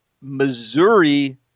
Missouri